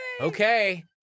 Okay